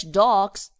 dogs